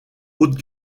haute